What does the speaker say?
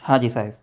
હા જી સાહેબ